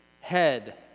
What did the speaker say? head